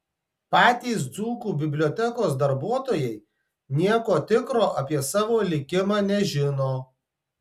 patys dzūkų bibliotekos darbuotojai nieko tikro apie savo likimą nežino